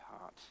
heart